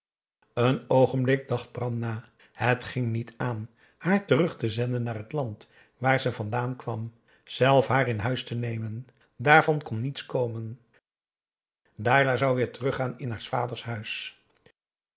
een oogenblik dacht bram na het ging niet aan haar terug te zenden naar het land waar ze vandaan kwam zelf haar in huis te nemen daarvan kon niets komen dailah zou weer teruggaan in haars vaders huis